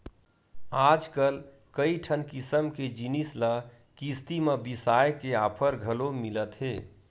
आजकल कइठन किसम के जिनिस ल किस्ती म बिसाए के ऑफर घलो मिलत हे